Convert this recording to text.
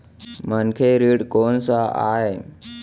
मनखे ऋण कोन स आय?